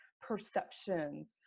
perceptions